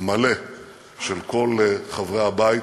מלא של כל חברי הבית